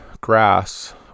grass